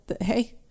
hey